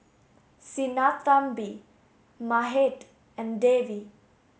Sinnathamby Mahade and Devi